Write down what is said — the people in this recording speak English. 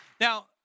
Now